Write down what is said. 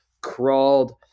crawled